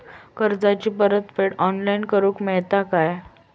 कर्जाची परत फेड ऑनलाइन करूक मेलता काय?